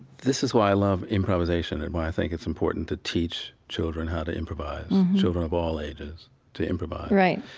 this is why i love improvisation and why i think it's important to teach children how to improvise children of all ages to improvise right